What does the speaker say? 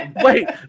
Wait